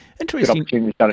Interesting